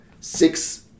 six